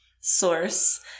source